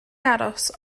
aros